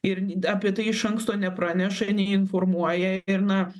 ir apie tai iš anksto nepraneša ir neinformuoja ir na